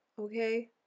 okay